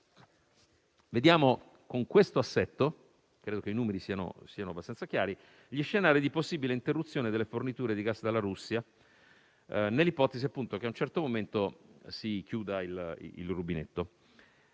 civile. Con questo assetto - credo che i numeri siano abbastanza chiari - vediamo gli scenari di possibile interruzione delle forniture di gas dalla Russia, nell'ipotesi in cui a un certo momento si chiuda il rubinetto.